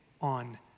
on